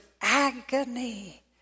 agony